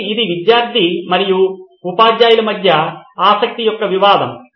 కాబట్టి ఇది విద్యార్థి మరియు ఉపాధ్యాయుల మధ్య ఆసక్తి యొక్క వివాదం